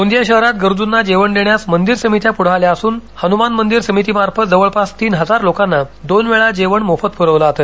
गोंदिया शहरात गरजूंना जेवण देण्यास मंदिर समित्या पुढे आल्या असून हनुमान मंदिर समिती मार्फत जवळपास तीन हजार लोकांना दोन वेळा जेवण मोफत पुरविल जात